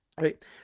right